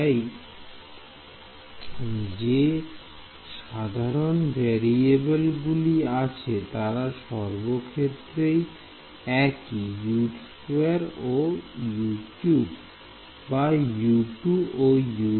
তাই যে সাধারন ভেরিয়েবল গুলি আছে তারা সবক্ষেত্রেই একি U2 ও U3